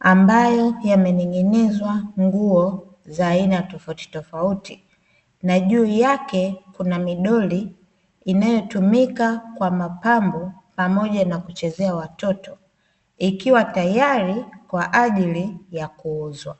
ambayo yamening'inizwa nguo za aina tofautitofauti. Na juu yake kuna midoli inayotumika kwa mapambo pamoja na kuchezea watoto, ikiwa tayari kwa ajili ya kuuzwa.